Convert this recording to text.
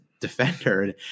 defender